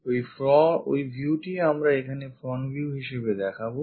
কাজেই ওই viewটি আমরা এখানে front view হিসেবে দেখাবো